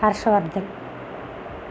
Harshavardhan